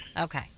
Okay